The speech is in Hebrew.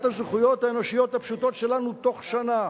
הזכויות האנושיות הפשוטות שלנו תוך שנה,